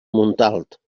montalt